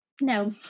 No